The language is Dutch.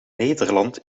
nederland